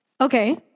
Okay